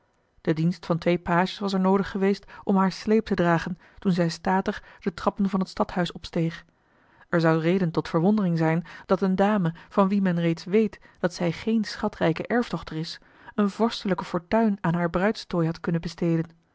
de dienst van twee pages was er noodig geweest om haar sleep te dragen toen zij statig de trappen van het stadhuis opsteeg er zou reden tot verwondering zijn dat eene dame van wie men reeds weet dat zij geene schatrijke erfdochter is eene vorstelijke fortuin aan haar bruidstooi had kunnen besteden